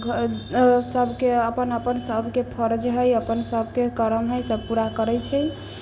सबके अपन अपन सबके फर्ज है अपन सबके कर्म है सब पूरा करै छै